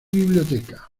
biblioteca